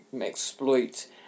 exploit